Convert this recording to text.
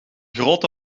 grote